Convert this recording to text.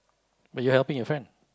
but you helping your friend